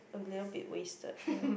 a little bit wasted ya